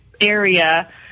area